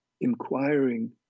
inquiring